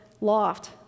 loft